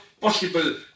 possible